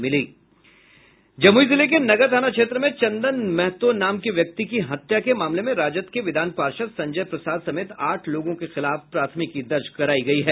जमुई जिले के नगर थाना क्षेत्र में चंदन महतो नाम के व्यक्ति की हत्या के मामले में राजद के विधान पार्षद् संजय प्रसाद समेत आठ लोगों के खिलाफ प्राथमिकी दर्ज करायी गयी है